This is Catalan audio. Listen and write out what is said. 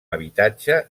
habitatge